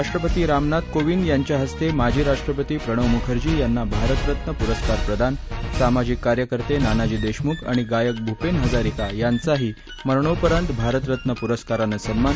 राष्ट्रपती रामनाथ कोविंद यांच्या हस्ते माजी राषट्रपती प्रणव म्खर्जी यांना भारतरत्न पुरस्कार प्रदान सामाजिक कार्यकर्ते नानाजी देशमुख आणि गायक भूपेन हजारिका यांचाही मरणोपरांत भारतरत्न पुरस्कारानं सन्मान